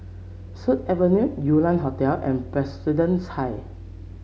Sut Avenue Yew Lian Hotel and Presbyterian High